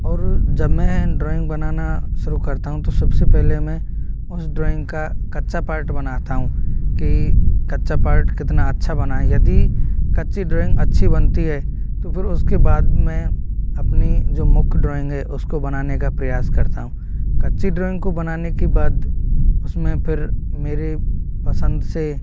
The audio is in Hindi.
और जब मैं ड्रॉइंग बनाना शुरु करता हूँ तो सबसे पहले मैं उस ड्रॉइंग का कच्चा पार्ट बनाता हूँ कि कच्चा पार्ट कितना अच्छा बना है यदि कच्ची ड्रॉइंग अच्छी बनती है तो फिर उसके बाद मैं अपनी जो मुख्य ड्रॉइंग है उसको बनाने का प्रयास करता हूँ कच्ची ड्रॉइंग को बनाने के बाद उसमें फिर मेरे पसंद से